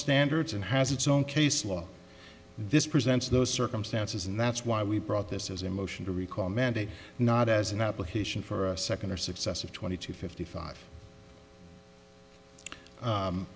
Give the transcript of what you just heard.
standards and has its own case law this presents those circumstances and that's why we brought this as a motion to recall a mandate not as an application for a second or successive twenty to fifty five